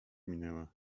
minęła